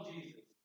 Jesus